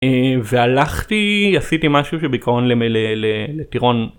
והלכתי עשיתי משהו שבעיקרון לטירון.